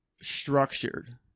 structured